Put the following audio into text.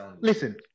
Listen